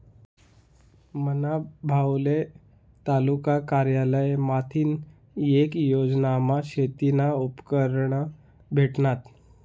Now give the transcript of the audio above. मना भाऊले तालुका कारयालय माथीन येक योजनामा शेतीना उपकरणं भेटनात